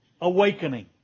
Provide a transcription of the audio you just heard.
awakening